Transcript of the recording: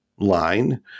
line